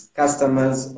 customers